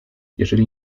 jeżeli